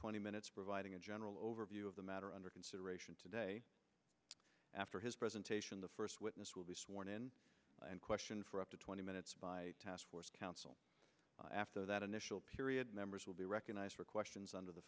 twenty minutes providing a general overview of the matter under consideration today after his presentation the first witness will be sworn in and question for up to twenty minutes by taskforce counsel after that initial period members will be recognized for questions under the